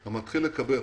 אתה מתחיל לקבל.